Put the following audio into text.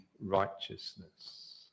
righteousness